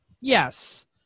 Yes